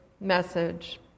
message